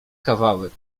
kawałek